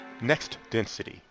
NextDensity